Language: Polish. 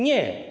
Nie.